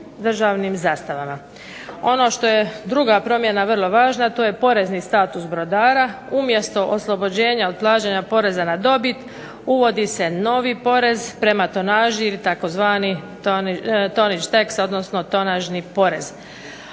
državnim zastavama. Ono što je druga promjena vrlo važna to je porezni status brodara. Umjesto oslobođenja od plaćanja poreza na dobit uvodi se novi porez prema tonaži ili tzv. tonnage tax odnosno tonažni porez.